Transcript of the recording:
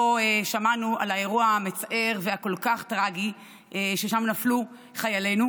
שמענו על האירוע המצער והכל-כך טרגי ששם נפלו חיילינו,